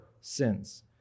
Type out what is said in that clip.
sins